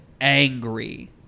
angry